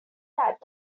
that